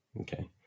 Okay